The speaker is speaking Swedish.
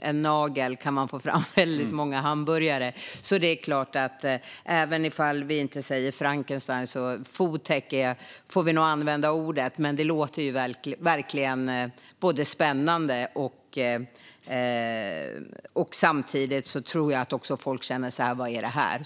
en nagel kan få fram väldigt många hamburgare. Ifall vi inte säger Frankenstein får vi nog använda ordet foodtech. Det låter verkligen spännande. Samtidigt tror jag såklart att folk känner: Vad är det här?